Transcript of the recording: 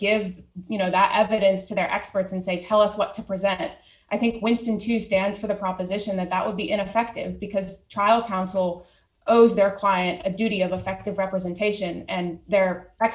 give you know that evidence to their experts and say tell us what to present i think winston to stand for the proposition that that would be ineffective because trial counsel owes their client a duty of affective representation and the